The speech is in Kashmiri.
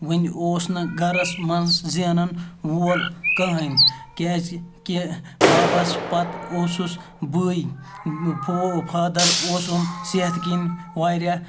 وۄنۍ اوس نہٕ گَرَس منٛز زینَن وول کٕہٕنۍ کیٛازِکہِ بَبَس پَتہٕ اوسُس بٕے فادَر اوسُم صحتہٕ کِنۍ واریاہ